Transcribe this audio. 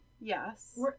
Yes